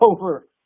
over